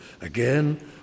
Again